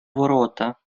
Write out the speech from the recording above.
ворота